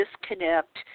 disconnect